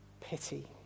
pity